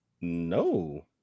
No